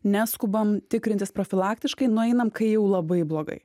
neskubam tikrintis profilaktiškai nueinam kai jau labai blogai